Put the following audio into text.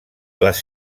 les